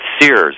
Sears